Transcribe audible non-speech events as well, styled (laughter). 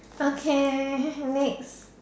okay (laughs) next